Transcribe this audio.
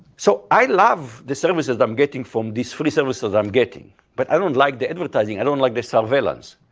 so i love the services that i'm getting from these free services i'm getting. but i don't like the advertising, i don't like the surveillance.